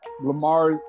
Lamar